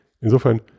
Insofern